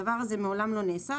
הדבר הזה מעולם לא נעשה,